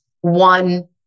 one